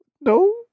no